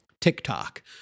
TikTok